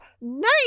nice